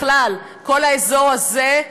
בכלל כל האזור הזה,